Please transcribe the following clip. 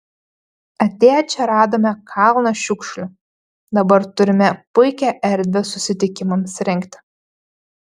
atėję čia radome kalną šiukšlių dabar turime puikią erdvę susitikimams rengti